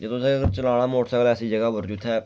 ते तुसें अगर चलाना मोटरसैकल ऐसी जगह पर जित्थै